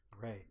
Right